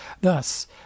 Thus